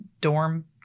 dorm